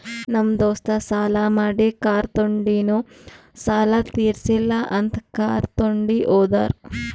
ನಮ್ ದೋಸ್ತ ಸಾಲಾ ಮಾಡಿ ಕಾರ್ ತೊಂಡಿನು ಸಾಲಾ ತಿರ್ಸಿಲ್ಲ ಅಂತ್ ಕಾರ್ ತೊಂಡಿ ಹೋದುರ್